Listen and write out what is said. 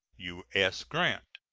u s. grant.